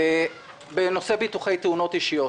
בנושא ביטוחי תאונות אישיות